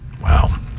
Wow